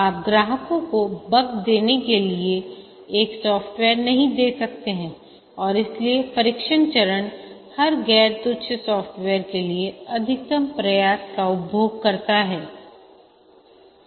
आप ग्राहकों को बग देने के लिए एक सॉफ्टवेयर नहीं दे सकते हैं और इसलिएपरीक्षण चरण हर गैर तुच्छ सॉफ्टवेयर के लिए अधिकतम प्रयास का उपभोग करता है